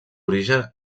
origen